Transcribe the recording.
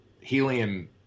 Helium